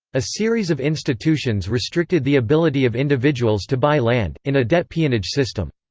a series of institutions restricted the ability of individuals to buy land, in a debt-peonage system.